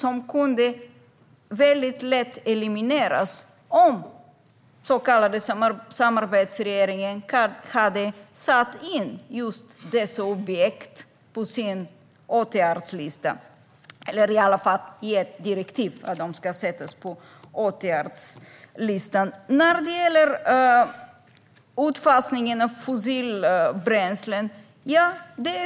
Detta hade lätt kunnat elimineras om den så kallade samarbetsregeringen hade skrivit upp dessa objekt på sin åtgärdslista, eller åtminstone gett direktiv om att de ska sättas upp på åtgärdslistan. Vi är för att fasa ut fossila bränslen.